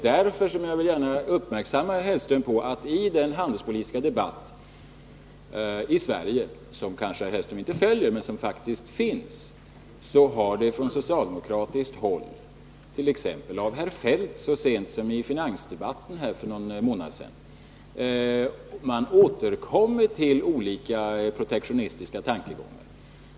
Därför vill jag gärna uppmärksamma herr Hellström på att i den handelspolitiska debatten i Sverige — som herr Hellström kanske inte följer men som faktiskt förekommer — har man från socialdemokratiskt håll, t.ex. från herr Feldt så sent som i finansdebatten i riksdagen för någon månad sedan, återkommit till olika protektionistiska tankegångar.